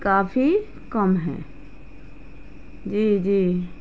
کافی کم ہے جی جی